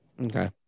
Okay